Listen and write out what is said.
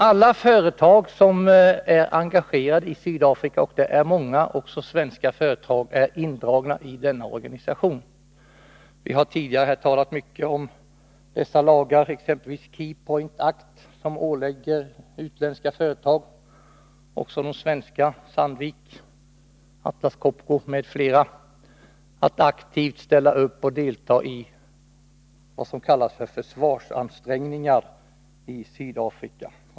Alla företag som är engagerade i Sydafrika, däribland många svenska företag, är indragna i denna organisation. Vi har tidigare här i kammaren talat mycket om de lagar, exempelvis Key Point Act, som ålägger utländska företag — också de svenska, såsom Sandvik, Atlas Copco m.fl. — att aktivt delta i det som kallas för försvarsansträngningar i Sydafrika.